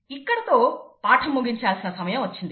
ఇక్కడతో పాఠం ముగించాల్సిన సమయం వచ్చింది